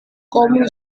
kami